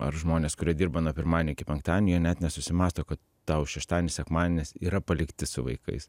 ar žmonės kurie dirba nuo pirmadienio iki penktadienio jie net nesusimąsto kad tau šeštadienis sekmadienis yra palikti su vaikais